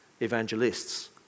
evangelists